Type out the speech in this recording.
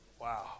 Wow